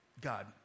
God